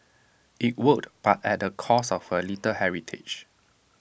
IT worked but at the cost of A little heritage